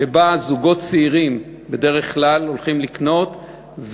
שזוגות צעירים בדרך כלל הולכים לקנות,